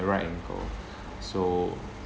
right ankle so